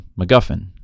MacGuffin